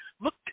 look